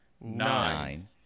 nine